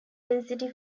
density